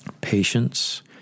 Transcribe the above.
patience